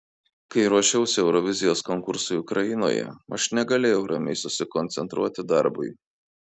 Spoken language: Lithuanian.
kai ruošiausi eurovizijos konkursui ukrainoje aš negalėjau ramiai susikoncentruoti darbui